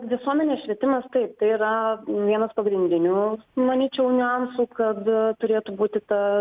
visuomenės švietimas taip tai yra vienas pagrindinių manyčiau niuansų kad turėtų būti ta